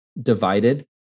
divided